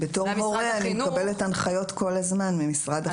בתור הורה אני מקבלת הנחיות כל הזמן ממשרד החינוך.